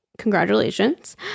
Congratulations